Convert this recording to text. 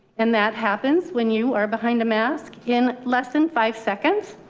and that happens when you are behind a mask in less than five seconds.